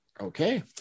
okay